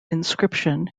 inscription